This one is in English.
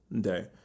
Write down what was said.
day